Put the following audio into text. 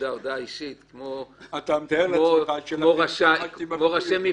הודעה אישית, כמו ראשי מפלגתי.